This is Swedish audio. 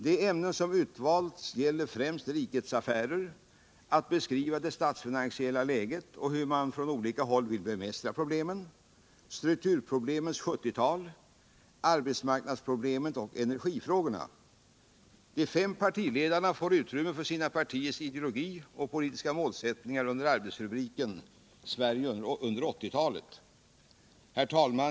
De ämnen som utvalts gäller främst rikets affärer, beskrivning av det statsfinansiella läget och hur man från olika håll vill bemästra problemen, strukturproblemens 1970-tal, arbetsmarknadsproblemen och energifrågorna. De fem partiledarna får utrymme för sina par'iers ideologi och politiska målsättningar under arbetsrubriken Sverige under 80-talet. Herr talman!